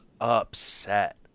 upset